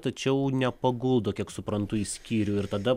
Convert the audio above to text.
tačiau nepaguldo kiek suprantu į skyrių ir tada